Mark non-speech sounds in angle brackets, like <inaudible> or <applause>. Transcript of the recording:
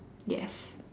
ya <breath>